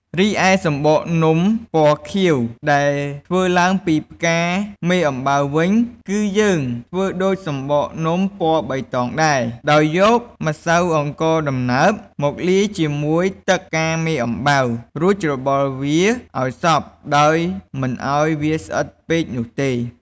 រីឯ សំបកនំពណ៌ខៀវដែលធ្វើឡើងពីផ្កាមេអំបៅវិញ គឺយើងធ្វើដូចសំបកនំពណ៌បៃតងដែរ ដោយយកម្សៅអង្ករដំណើប មកលាយជាមួយទឹកផ្កាមេអំបៅ រួចច្របល់វាឱ្យសព្វដោយមិនឱ្យវាស្អិតពេកនោះទេ។